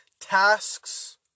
tasks